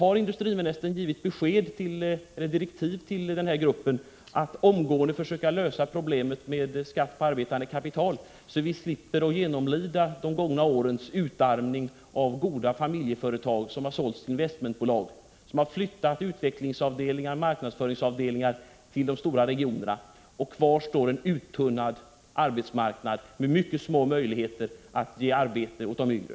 Har industriministern gett direktiv till arbetsgruppen att omgående i än försöka lösa problemen med skatt på arbetande kapital, så att vi slipper att TegIORalpolitisk kome mission genomlida de gångna årens utarmning av goda familjeföretag som sålts till investmentbolag, som har flyttat utvecklingsavdelningar och marknadsföringsavdelningar till de större regionerna? Kvar står en uttunnad arbetsmarknad med mycket små möjligheter att ge arbete åt de yngre.